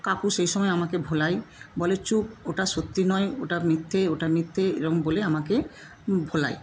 কাকু সেই সময় আমাকে ভোলায় বলে চুপ ওটা সত্যি নয় ওটা মিথ্যে ওটা মিথ্যে এরম বলে আমাকে ভোলায়